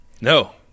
No